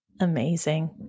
Amazing